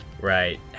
Right